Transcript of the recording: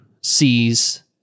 sees